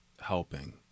helping